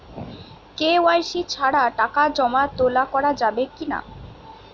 KYC ছাড়া টাকা জমা তোলা করা যাবে কি না?